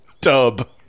Dub